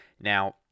Now